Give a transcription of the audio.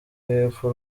yepfo